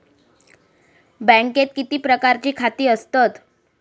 बँकेत किती प्रकारची खाती असतत?